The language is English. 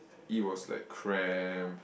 it was like cramp